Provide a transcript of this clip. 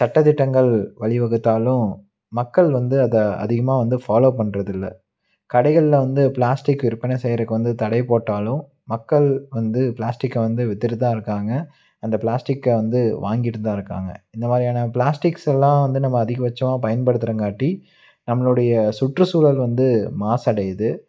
சட்டத் திட்டங்கள் வழி வகுத்தாலும் மக்கள் வந்து அதை அதிகமாக வந்து ஃபாலோ பண்ணுறதுல்ல கடைகள்ல வந்து பிளாஸ்டிக் விற்பனை செய்றதுக்கு வந்து தடை போட்டாலும் மக்கள் வந்து பிளாஸ்டிக்கை வந்து வித்துகிட்டு தான் இருக்காங்க அந்த பிளாஸ்டிக்கை வந்து வாங்கிட்டு தான் இருக்காங்க இந்த மாதிரியான பிளாஸ்டிக்ஸ் எல்லாம் வந்து நம்ம அதிகபட்சமாக பயன்படுத்துறங்காட்டி நம்மளுடைய சுற்றுச்சூழல் வந்து மாசடைது